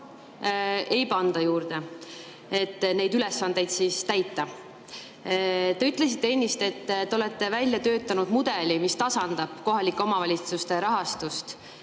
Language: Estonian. ei panda juurde raha, et neid ülesandeid täita. Te ütlesite ennist, et te olete välja töötanud mudeli, mis tasandab kohalike omavalitsuste rahastust.